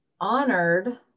honored